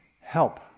help